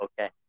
Okay